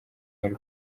muli